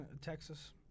Texas